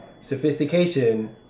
Sophistication